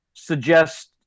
suggest